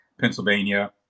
Pennsylvania